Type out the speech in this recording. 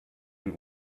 den